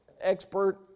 expert